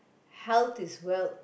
health is wealth